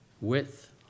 width